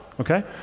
okay